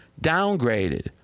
downgraded